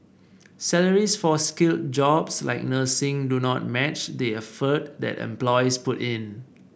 salaries for skilled jobs like nursing do not match the effort that employees put in